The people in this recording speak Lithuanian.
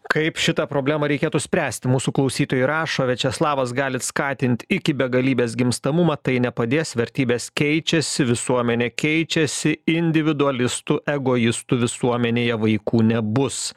kaip šitą problemą reikėtų spręsti mūsų klausytojai rašo viačeslavas galit skatint iki begalybės gimstamumą tai nepadės vertybės keičiasi visuomenė keičiasi individualistų egoistų visuomenėje vaikų nebus